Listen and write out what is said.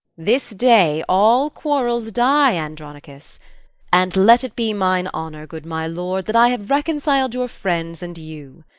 this day all quarrels die, andronicus and let it be mine honour, good my lord, that i have reconcil'd your friends and you.